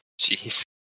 Jeez